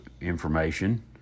information